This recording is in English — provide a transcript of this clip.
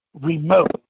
remote